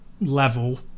level